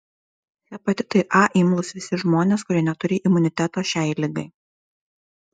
hepatitui a imlūs visi žmonės kurie neturi imuniteto šiai ligai